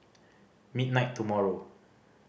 midnight tomorrow